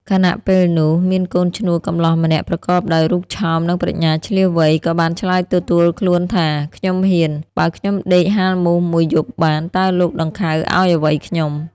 ខណៈពេលនោះ មានកូនឈ្នួលកំលោះម្នាក់ ប្រកបដោយរូបឆោម និងប្រាជ្ញាឈ្លាសវៃ ក៏បានឆ្លើយទទួលខ្លួនថា "ខ្ញុំហ៊ាន" បើខ្ញុំដេកហាលមូស ១ យប់បាន តើលោក ដង្ខៅឲ្យអ្វីខ្ញុំ។